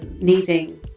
needing